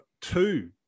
two